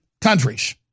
countries